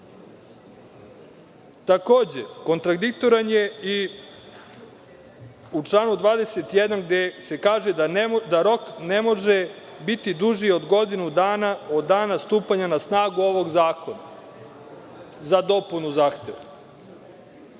realno. Takođe, kontradiktoran je i u članu 21. gde se kaže da rok ne može biti duži od godinu dana od dana stupanja na snagu ovog zakona za dopunu zahteva.